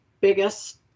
biggest